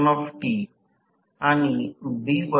मी लिहित आहे हे समीकरण 25आहे